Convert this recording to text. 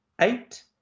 eight